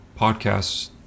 podcasts